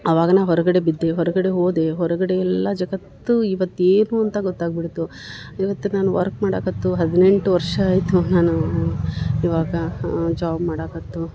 ಅವಾಗನ ಹೊರಗಡೆ ಬಿದ್ದೆ ಹೊರಗಡೆ ಹೋದೆ ಹೊರಗಡೆ ಎಲ್ಲ ಜಗತ್ತು ಇವತ್ತು ಏನು ಅಂತ ಗೊತ್ತಾಗ್ಬಿಡ್ತು ಇವತ್ತು ನಾನು ವರ್ಕ್ ಮಾಡಕತ್ತು ಹದಿನೆಂಟು ವರ್ಷ ಆಯಿತು ನಾನು ಇವಾಗ ಹಾಂ ಜಾಬ್ ಮಾಡಾಕತ್ತು